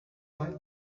night